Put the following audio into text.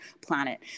planet